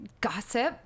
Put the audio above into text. gossip